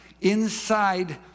inside